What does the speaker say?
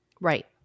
Right